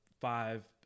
five